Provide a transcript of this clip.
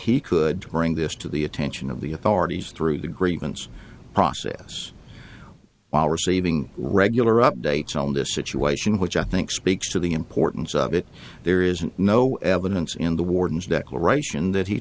he could to bring this to the attention of the authorities through the grievance process while receiving regular updates on this situation which i think speaks to the importance of it there is no evidence in the warden's declaration that he